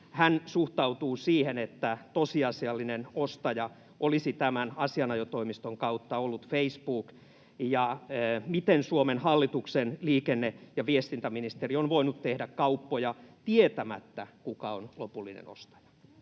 hän suhtautuu siihen, että tosiasiallinen ostaja olisi tämän asianajotoimiston kautta ollut Facebook, ja miten Suomen hallituksen liikenne‑ ja viestintäministeri on voinut tehdä kauppoja tietämättä, kuka on lopullinen ostaja.